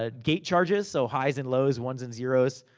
ah gate charges, so high's and low's, ones and zeroes,